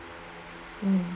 um